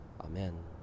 Amen